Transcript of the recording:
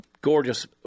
gorgeous